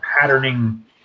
patterning